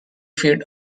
feet